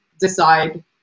decide